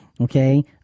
Okay